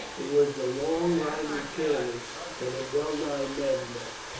it was the long grinding tyranny that had well nigh maddened us,